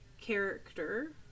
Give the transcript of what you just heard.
character